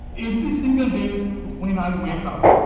every single day when i wake up,